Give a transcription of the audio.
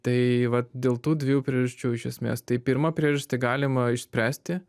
tai vat dėl tų dviejų priežasčių iš esmės tai pirmą priežastį galima išspręsti